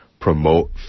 promote